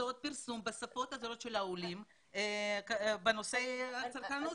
פרסום בשפות השונות של העולים בנושא צרכנות.